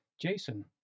Jason